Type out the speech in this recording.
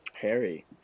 Harry